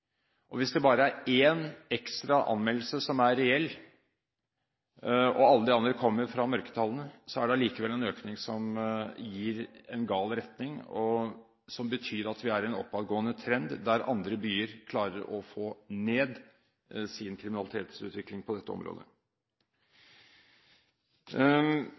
belagt. Hvis det bare er én ekstra anmeldelse som er reell, og alle de andre kommer fra mørketallene, er det allikevel en økning som går i en gal retning, og som betyr at vi er i en oppadgående trend, der andre byer klarer å få ned sin kriminalitetsutvikling på dette området.